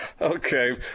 Okay